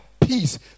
peace